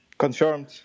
Confirmed